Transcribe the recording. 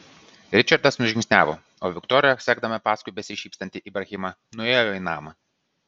ričardas nužingsniavo o viktorija sekdama paskui besišypsantį ibrahimą nuėjo į namą